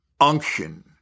unction